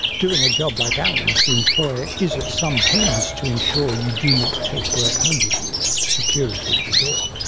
doing a job like alan's, the employer is at some pains to ensure you do not take work home with you' security at the door.